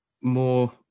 more